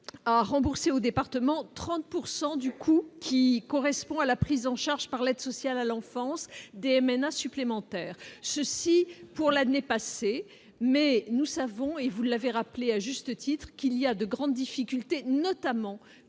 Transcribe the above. à rembourser au département 30 pourcent du du coût qui correspond à la prise en charge par l'aide sociale à l'enfance menaces supplémentaires, ceci pour l'année passée, mais nous savons, et vous l'avez rappelé à juste titre qu'il y a de grandes difficultés, notamment